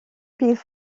bydd